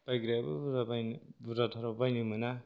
बायग्रायाबो बुरजा बायनो बुरजाथाराव बायनो मोना